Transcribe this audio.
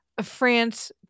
France